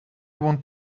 want